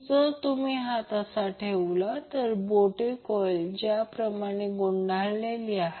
जर तुम्ही हात असा ठेवला आणि बोटे कॉइलला ज्याप्रमाणे गुंडाळी जोडलेली आहे